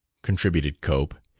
contributed cope.